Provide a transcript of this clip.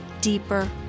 deeper